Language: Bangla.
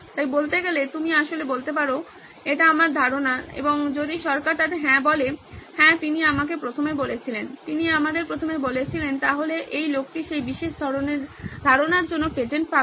তাই বলতে গেলে আপনি আসলে বলতে পারেন এটা আমার ধারণা এবং যদি সরকার তাতে হ্যাঁ বলে হ্যাঁ তিনি আমাকে প্রথমে বলেছিলেন তিনি আমাদের প্রথমে বলেছিলেন তাহলে এই লোকটি সেই বিশেষ ধারনার জন্য পেটেন্ট পাবে